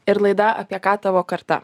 ir laida apie ką tavo karta